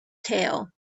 tail